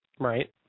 Right